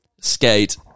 Skate